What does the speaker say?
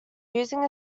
using